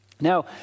Now